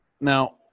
now